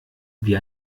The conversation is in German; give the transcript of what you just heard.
wie